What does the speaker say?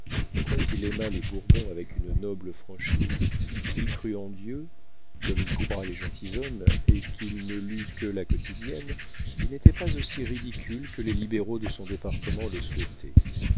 quoiqu'il aimât les bourbons avec une noble franchise qu'il crût en dieu comme y croient les gentilshommes et qu'il ne lût que la quotidienne il n'était pas aussi ridicule que les libéraux de son département le souhaitaient